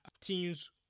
teams